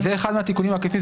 וזה אחד מהתיקונים העקיפים.